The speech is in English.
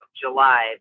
july